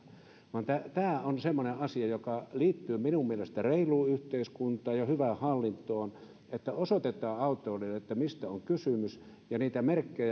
vaan tämä on semmoinen asia joka liittyy minun mielestäni reiluun yhteiskuntaan ja hyvään hallintoon että osoitetaan autoilijoille mistä on kysymys ja niitä merkkejä